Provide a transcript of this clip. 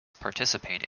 participate